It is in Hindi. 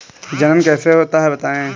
जनन कैसे होता है बताएँ?